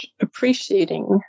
appreciating